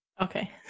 Okay